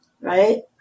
right